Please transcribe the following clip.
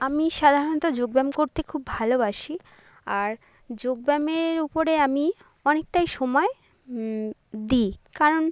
আমি সাধারণত যোগ ব্যায়াম করতে খুব ভালোবাসি আর যোগ ব্যায়ামের উপরে আমি অনেকটাই সময় দিই কারণ